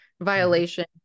Violation